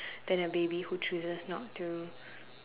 than a baby who chooses not to